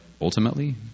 ultimately